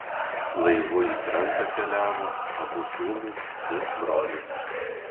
laivu į krantą keliavo abu sūnūs ir brolis